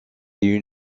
est